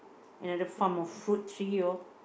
another farm of fruit tree orh